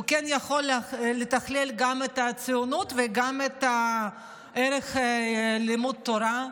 הוא כן יכול לתכלל גם את הציונות וגם את ערך לימוד התורה,